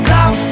Top